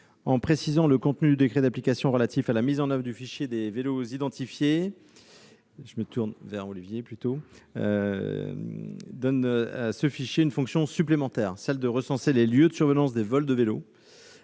de préciser le contenu du décret d'application relatif à la mise en oeuvre du fichier des vélos identifiés, donnent à ce dernier une fonction supplémentaire, celle de recenser les lieux de survenance des vols de vélos.